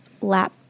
lap